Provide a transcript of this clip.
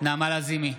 נעמה לזימי,